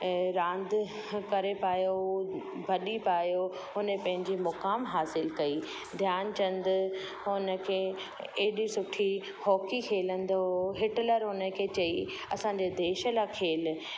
ऐं रांदि करे पायो भॼी पायो हुन पंहिंजी मुक़ामु हासिलु कई ध्यानचंद हुनखे एॾी सुठी हॉकी खेलंदो हुओ हिटलर हुनखे चई असांजे देश लाइ खेलु